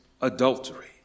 adultery